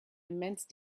immense